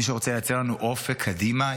מי שרוצה להציע לנו אופק קדימה,